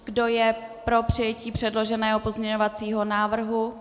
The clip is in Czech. Kdo je pro přijetí předloženého pozměňovacího návrhu?